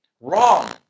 Wrong